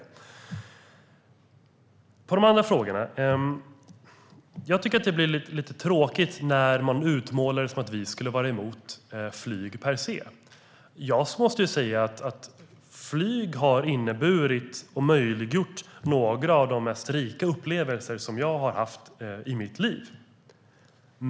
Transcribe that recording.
För att svara på de andra frågorna tycker jag att det blir lite tråkigt när man utmålar det som att vi skulle vara emot flyg per se. Jag måste säga att flyget har inneburit och möjliggjort några av de rikaste upplevelser som jag har haft i mitt liv.